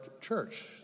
church